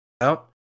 Out